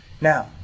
Now